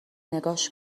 نگاش